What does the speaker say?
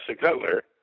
Cutler